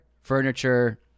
furniture